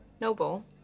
Noble